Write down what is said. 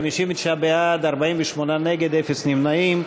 בעד, 59, נגד, 48, אין נמנעים.